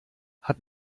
hat